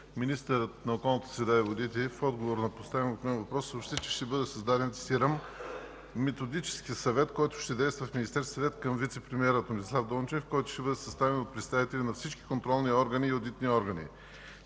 министърът на околната среда и водите в отговор на поставен от мен въпрос съобщи, че ще бъде създаден, цитирам: „Методически съвет, който ще действа в Министерския съвет към вицепремиера Томислав Дончев, който ще бъде съставен от представители на всички контролни органи и одитни органи.